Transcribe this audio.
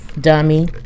Dummy